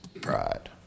Pride